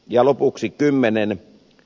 ja lopuksi kymmenen